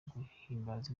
guhimbaza